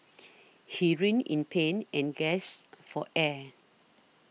he writhed in pain and gasped for air